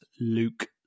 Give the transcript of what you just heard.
Luke